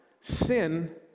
sin